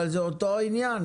אבל זה אותו עניין.